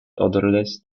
odorless